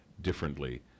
differently